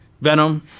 Venom